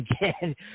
again